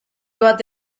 bat